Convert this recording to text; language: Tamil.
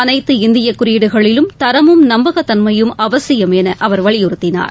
அனைத்து இந்திய குறியீடுகளிலும் தரமும் நம்பகத்தன்மையும் அவசியம் என அவர் வலியுறுத்தினார்